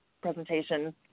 presentation